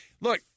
Look